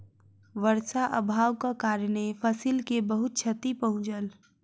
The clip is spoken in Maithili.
वर्षा अभावक कारणेँ फसिल के बहुत क्षति पहुँचल